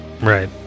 right